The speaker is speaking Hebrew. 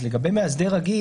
לגבי מאסדר רגיל,